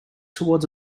towards